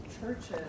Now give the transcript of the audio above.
churches